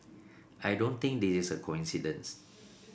I don't think this is a coincidence